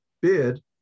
bid